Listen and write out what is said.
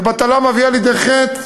ובטלה מביאה לידי חטא,